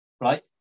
right